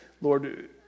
Lord